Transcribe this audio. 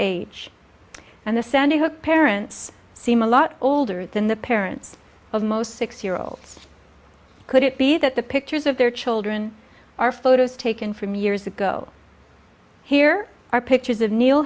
age and the sandy hook parents seem a lot older than the parents of most six year olds could it be that the pictures of their children are photos taken from years ago here are pictures of ne